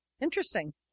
Interesting